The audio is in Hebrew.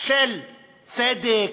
של צדק,